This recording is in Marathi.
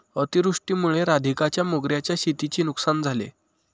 अतिवृष्टीमुळे राधिकाच्या मोगऱ्याच्या शेतीची नुकसान झाले